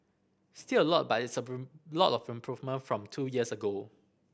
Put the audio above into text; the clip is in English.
still a lot but it's a lot of improvement from two years ago